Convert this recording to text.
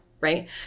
right